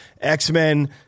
X-Men